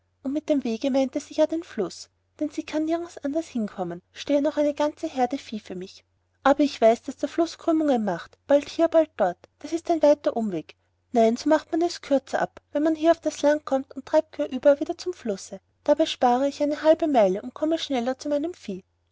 und mit dem wege meint sie ja den fluß denn sie kann nirgends anders hinkommen stehe noch eine ganze herde vieh für mich aber ich weiß was der fluß für krümmungen macht bald hier bald dort das ist ein weiter umweg nein so macht man es kürzer ab wenn man hier auf das land kommt und treibt querüber wieder zum flusse dabei spare ich eine halbe meile und komme schneller zu meinem vieh